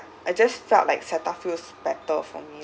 I just felt like cetaphil's better for me